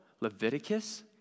Leviticus